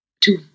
Two